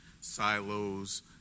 silos